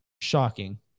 Shocking